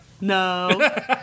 No